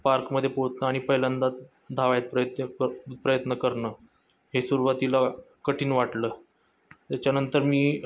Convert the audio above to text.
पार्कमध्ये पोहोचणं आणि पहिल्यांदा धावाय प्रयत्न कर प्रयत्न करणं हे सुरुवातीला कठीण वाटलं त्याच्यानंतर मी